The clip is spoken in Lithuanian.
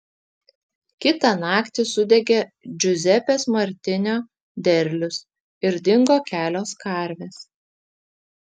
kitą naktį sudegė džiuzepės martinio derlius ir dingo kelios karvės